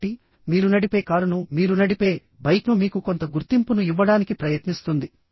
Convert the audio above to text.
కాబట్టి మీరు నడిపే కారును మీరు నడిపే బైక్ను మీకు కొంత గుర్తింపును ఇవ్వడానికి ప్రయత్నిస్తుంది